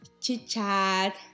chit-chat